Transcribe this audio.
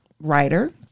writer